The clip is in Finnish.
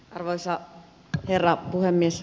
arvoisa herra puhemies